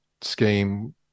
scheme